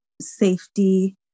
safety